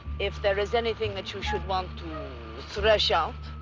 if there is anything that you should want to thresh out,